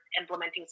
implementing